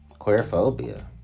queerphobia